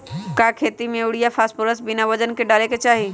का खेती में यूरिया फास्फोरस बिना वजन के न डाले के चाहि?